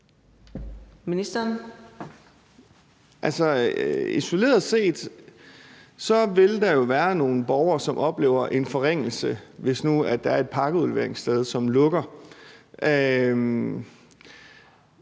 Isoleret set vil der jo være nogle borgere, som oplever en forringelse, hvis der nu er et pakkeudleveringssted, som lukker.